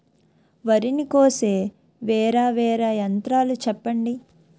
వరి ని కోసే వేరా వేరా యంత్రాలు చెప్పండి?